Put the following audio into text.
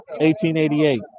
1888